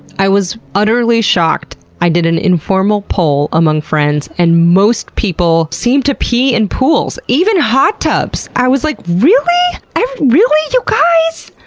i was utterly shocked, i did an informal poll among friends and most people seem to pee in pools. even hot tubs! i was like really? really! you guys!